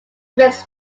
rex